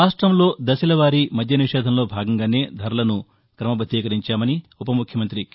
రాష్టంలో దశలవారీ మద్య నిషేధంలో భాగంగానే ధరలను క్రమబద్దీకరించామని ఉపముఖ్యమంత్రి కె